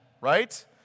right